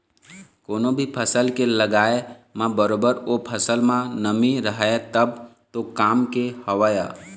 कोनो भी फसल के लगाय म बरोबर ओ फसल म नमी रहय तब तो काम के हवय